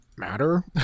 matter